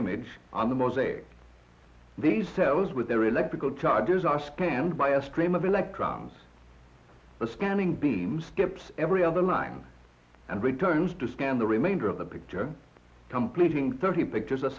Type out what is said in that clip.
image on the mosaic these cells with their electrical charges are scanned by a stream of electrons a scanning beam skips every other line and returns to scan the remainder of the picture completing thirty pictures